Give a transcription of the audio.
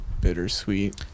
bittersweet